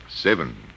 Seven